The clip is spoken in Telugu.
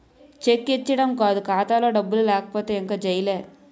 చెక్ ఇచ్చీడం కాదు ఖాతాలో డబ్బులు లేకపోతే ఇంక జైలే